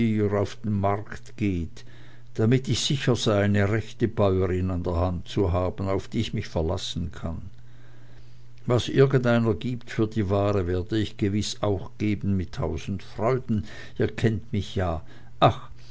auf den markt gehet damit ich sicher sei eine rechte bäuerin an der hand zu haben auf die ich mich verlassen kann was irgendeiner gibt für die ware werde ich gewiß auch geben mit tausend freuden ihr kennt mich ja ach